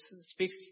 speaks